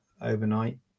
overnight